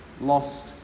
lost